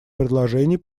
предложений